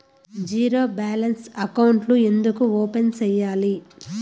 zero balance అకౌంట్లు ఎందుకు open సేయాలి